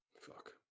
Fuck